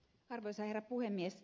arvoisa herra puhemies